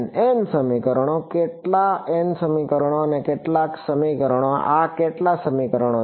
n સમીકરણો કેટલા n સમીકરણો અને કેટલા સમીકરણો આ કેટલા સમીકરણો છે